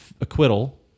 acquittal